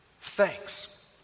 thanks